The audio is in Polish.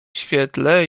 świetle